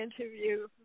interview